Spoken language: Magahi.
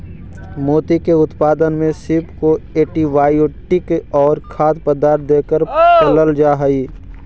मोती के उत्पादन में सीप को एंटीबायोटिक और खाद्य पदार्थ देकर पालल जा हई